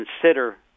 consider